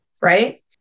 Right